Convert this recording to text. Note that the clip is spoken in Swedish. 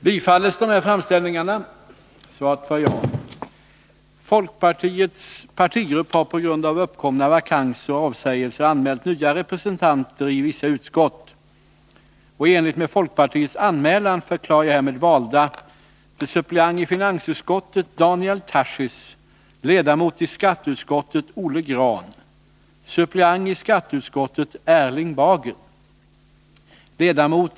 Chefen för det franska bolaget Cogéma har vid en presskonferens den 2 september 1981 uttalat att kunderna vid bolagets anläggning i La Hague, således också Sverige, måste anpassa sina säkerhetskrav till vad som gäller i Frankrike före den 1 januari 1982.